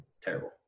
terrible